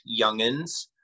youngins